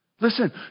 Listen